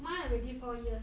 mine already four years